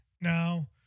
now